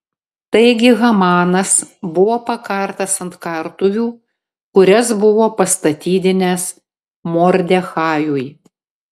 taigi hamanas buvo pakartas ant kartuvių kurias buvo pastatydinęs mordechajui